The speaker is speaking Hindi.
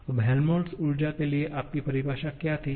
अब हेल्महोल्ट्ज ऊर्जा के लिए आपकी परिभाषा क्या थी